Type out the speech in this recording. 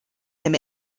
him